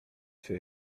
się